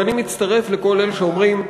ואני מצטרף לכל אלה שאומרים,